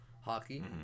hockey